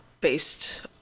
based